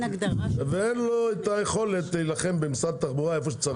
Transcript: ואין לו היכולת להילחם במשרד התחבורה במקום שצריך.